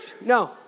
no